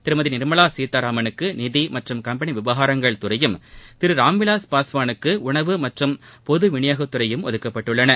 திருமதி நிர்மலா சீதாராமனுக்கு நிதி மற்றும் கம்பெனி விவகாரங்கள் துறையும் திரு ராம்விலாஸ் பாஸ்வாலுக்கு உணவு மற்றும் பொது விநியோகத்துறையும் ஒதுக்கப்பட்டுள்ளன